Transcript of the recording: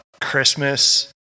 Christmas